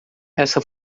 essa